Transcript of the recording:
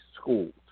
schools